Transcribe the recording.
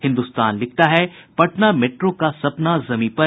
हिन्दुस्तान लिखता है पटना मेट्रो का सपना जमीं पर